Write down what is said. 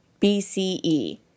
BCE